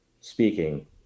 speaking